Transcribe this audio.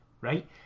right